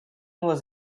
was